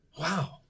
Wow